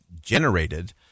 generated